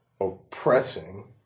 oppressing